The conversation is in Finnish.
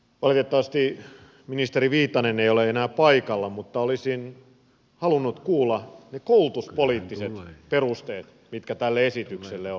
valitettavasti ministeri viitanen ei ole enää paikalla mutta olisin halunnut kuulla ne koulutuspoliittiset perusteet mitkä tälle esitykselle on